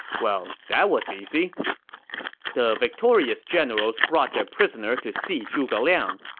well, that was easy the victorious generals brought their prisoner to see zhuge liang.